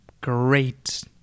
great